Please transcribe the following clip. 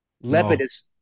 Lepidus